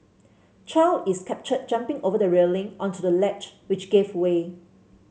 chow is captured jumping over the railing onto the ledge which gave way